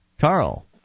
Carl